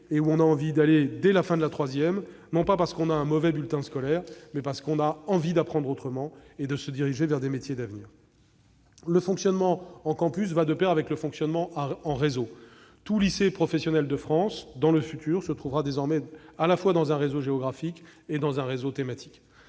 auront envie d'aller dès la fin de la troisième, non parce qu'ils ont un mauvais bulletin scolaire, mais parce qu'ils ont envie d'apprendre autrement et de se diriger vers des métiers d'avenir. Le fonctionnement en campus va de pair avec le fonctionnement en réseau. Tout lycée professionnel de France, dans le futur, se trouvera désormais à la fois dans un réseau géographique et dans un réseau thématique.